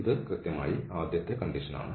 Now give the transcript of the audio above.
ഇത് കൃത്യമായി ആദ്യത്തെ വ്യവസ്ഥയാണ്